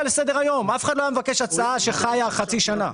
לסדר היום; אף אחד לא היה מבקש הצעה שחיה חצי שנה.